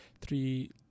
three